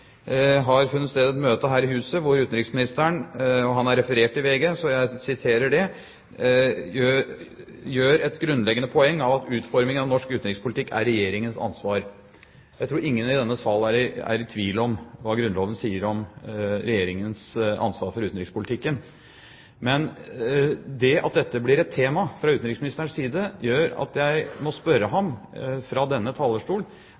har funnet sted en møte her i huset hvor utenriksministeren – og han er referert i VG, så jeg siterer – gjør et grunnleggende poeng av at «utformingen av norsk utenrikspolitikk er regjeringens ansvar.» Jeg tror ingen i denne sal er i tvil om hva Grunnloven sier om Regjeringens ansvar for utenrikspolitikken. Men det at dette blir et tema fra utenriksministerens side, gjør at jeg må spørre ham fra denne talerstol: